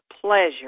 pleasure